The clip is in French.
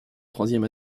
troisième